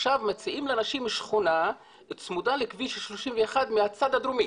עכשיו מציעים לאנשים שכונה צמודה לכביש 31 מהצד הדרומי.